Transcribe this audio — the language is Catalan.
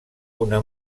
una